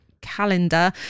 calendar